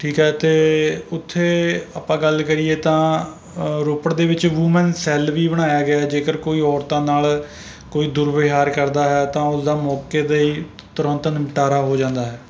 ਠੀਕ ਹੈ ਅਤੇ ਉੱਥੇ ਆਪਾਂ ਗੱਲ ਕਰੀਏ ਤਾਂ ਰੋਪੜ ਦੇ ਵਿੱਚ ਵੂਮੈਨ ਸੈੱਲ ਵੀ ਬਣਾਇਆ ਗਿਆ ਹੈ ਜੇਕਰ ਕੋਈ ਔਰਤਾਂ ਨਾਲ ਕੋਈ ਦੁਰਵਿਵਹਾਰ ਕਰਦਾ ਹੈ ਤਾਂ ਉਸ ਦਾ ਮੌਕੇ 'ਤੇ ਹੀ ਤੁਰੰਤ ਨਿਪਟਾਰਾ ਹੋ ਜਾਂਦਾ ਹੈ